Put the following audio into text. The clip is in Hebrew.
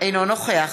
אינו נוכח